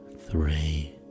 three